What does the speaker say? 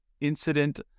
incident